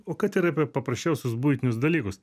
o kad ir apie paprasčiausius buitinius dalykus